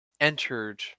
entered